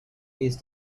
with